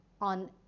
on